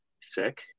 sick